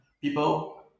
people